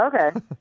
Okay